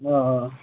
हां